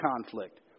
conflict